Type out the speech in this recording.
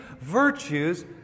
virtues